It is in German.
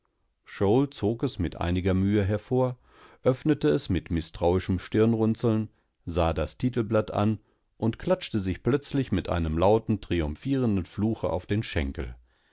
zog es mit einiger mühe hervor öffnete es mit mißtrauischem stirnrunzeln sah das titelblatt an und klatschte sich plötzlich mit einem lauten triumphierendenflucheaufdenschenkel hier standen die